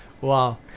Wow